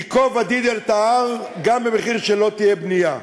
ייקוב הדין את ההר, גם במחיר שלא תהיה בנייה.